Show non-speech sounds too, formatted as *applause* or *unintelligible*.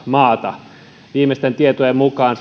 maata viimeisten tietojen mukaan *unintelligible*